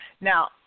Now